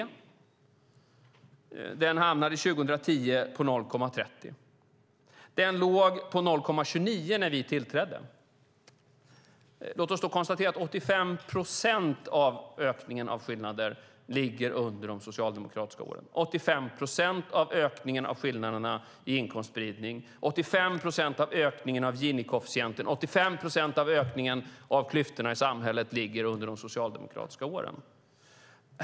Den hamnade 2010 på 0,30. Den låg på 0,29 när vi tillträdde. Låt oss då konstatera att 85 procent av ökningen i skillnader ligger under de socialdemokratiska åren. 85 procent av ökningen av skillnaderna i inkomstspridning, 85 procent av ökningen av Gini-koefficienten, 85 procent av ökningen av klyftorna i samhället ligger under de socialdemokratiska åren.